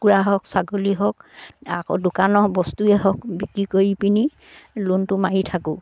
কুকুৰা হওক ছাগলী হওক আকৌ দোকানৰ বস্তুৱেই হওক বিক্ৰী কৰি পিনি লোনটো মাৰি থাকোঁ